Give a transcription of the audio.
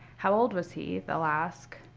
how old was he they'll ask.